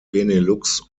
benelux